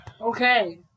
Okay